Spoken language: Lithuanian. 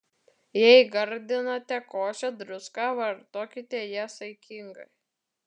jei gardinate košę druska vartokite ją saikingai